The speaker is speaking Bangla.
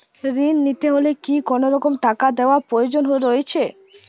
ঋণ নিতে হলে কি কোনরকম টাকা দেওয়ার প্রয়োজন রয়েছে?